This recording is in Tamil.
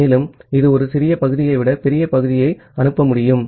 மேலும் இது ஒரு சிறிய பகுதியை விட பெரிய பகுதியை அனுப்ப முடியும்